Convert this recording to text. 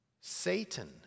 Satan